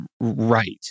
right